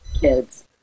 kids